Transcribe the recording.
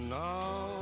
now